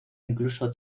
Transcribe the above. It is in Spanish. incluso